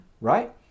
right